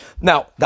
Now